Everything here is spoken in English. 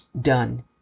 done